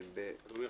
חייל צה"ל.